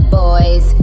boys